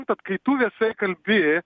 bet kai tu viešai kalbi